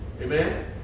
Amen